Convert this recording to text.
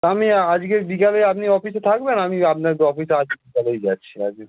আমি আআজকে বিকালে আপনি অফিসে থাকবেন আমি আপনার অফিসে আজ বিকালেই যাচ্ছি আজকে